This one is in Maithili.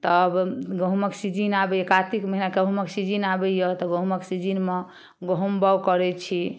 तब गहुमके सिजन आबैये कार्तिक महीना गहुमके सिजन आबैये तऽ गहुमके सिजनमे गहुम बाओग करै छी